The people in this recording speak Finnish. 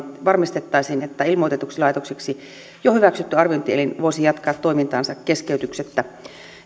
varmistettaisiin että ilmoitetuksi laitokseksi jo hyväksytty arviointielin voisi jatkaa toimintaansa keskeytyksettä